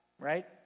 right